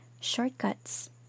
shortcuts